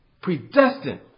predestined